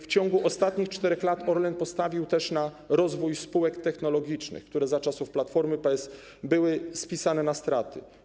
W ciągu ostatnich 4 lat Orlen postawił też na rozwój spółek technologicznych, które za czasów Platformy, PSL były spisane na straty.